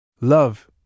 Love